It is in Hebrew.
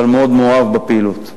אבל מאוד מאוהב בפעילות.